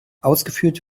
ausgeführt